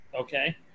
Okay